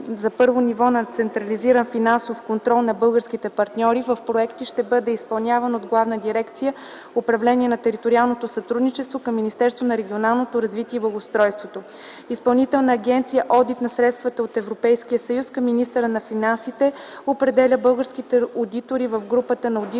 за първо ниво на централизиран финансов контрол на българските партньори в проекти ще бъде изпълнявана от Главна дирекция „Управление на териториалното сътрудничество” към Министерство на регионалното развитие и благоустройството. Изпълнителна агенция „Одит на средствата от ЕС” към министъра на финансите определя българските одитори в групата на одиторите